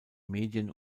medien